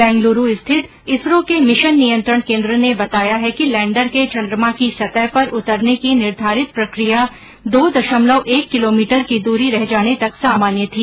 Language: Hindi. बेंगलुरु स्थित इसरो के मिशन नियंत्रण केन्द्र ने बताया है कि लैंडर के चन्द्रमा की सतह पर उतरने की निर्धारित प्रक्रिया दो दशमलव एक किलोमीटर की दूरी रह जाने तक सामान्य थी